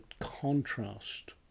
contrast